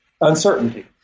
uncertainty